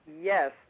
Yes